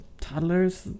toddlers